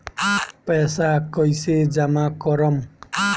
पैसा कईसे जामा करम?